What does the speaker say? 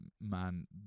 man